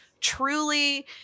truly